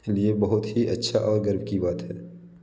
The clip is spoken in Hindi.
लिए बहुत ही अच्छी और गर्व की बात है